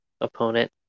opponent